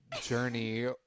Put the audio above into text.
journey